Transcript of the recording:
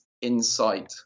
Insight